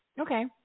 Okay